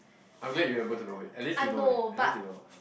I am glad you're able to know it at least you know it at least you know